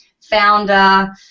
founder